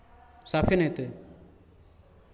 साफे नहि अयतै